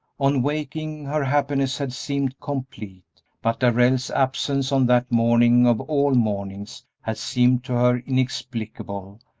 on waking, her happiness had seemed complete, but darrell's absence on that morning of all mornings had seemed to her inexplicable,